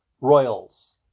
Royals